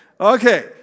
Okay